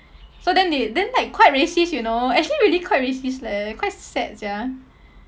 so then they then like quite racist you know actually really quite racist leh quite sad sia